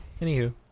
Anywho